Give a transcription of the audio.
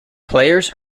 players